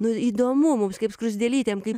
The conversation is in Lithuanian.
nu įdomu mums kaip skruzdėlytėm kaip